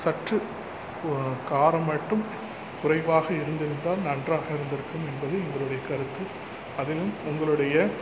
சற்று காரம் மட்டும் குறைவாக இருந்திருந்தால் நன்றாக இருந்திருக்கும் என்பது எங்களுடைய கருத்து அதிலும் உங்களுடைய